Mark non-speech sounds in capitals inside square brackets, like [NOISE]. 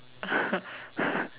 [LAUGHS] [BREATH]